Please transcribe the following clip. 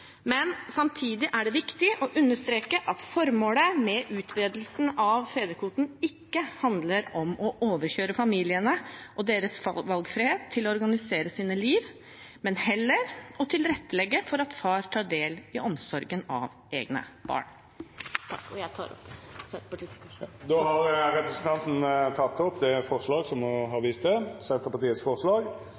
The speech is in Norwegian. Samtidig er det viktig å understreke at formålet med utvidelsen av fedrekvoten ikke handler om å overkjøre familiene og deres valgfrihet til å organisere sine liv, men heller om å tilrettelegge for at far skal kunne ta del i omsorgen for egne barn. Jeg tar opp Senterpartiets forslag. Representanten Åslaug Sem-Jacobsen har teke opp det forslaget ho refererte til. Saken vi behandler nå, har